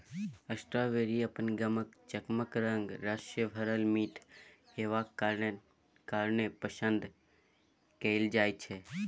strawberry अपन गमक, चकमक रंग, रस सँ भरल मीठ हेबाक कारणेँ पसंद कएल जाइ छै